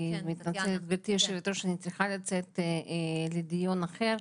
גברתי יושבת הראש, אני צריכה לצאת לדיון אחר.